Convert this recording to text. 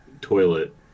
toilet